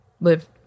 live